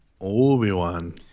Obi-Wan